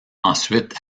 ensuite